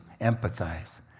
empathize